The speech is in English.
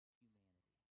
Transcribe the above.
humanity